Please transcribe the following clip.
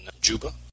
Juba